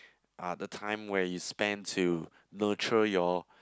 are the time where is spend to nurture your